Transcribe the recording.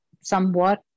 somewhat